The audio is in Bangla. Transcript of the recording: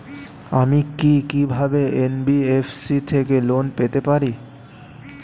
আমি কি কিভাবে এন.বি.এফ.সি থেকে লোন পেতে পারি?